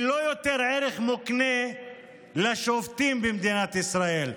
היא יותר לא ערך מוקנה לשופטים במדינת ישראל.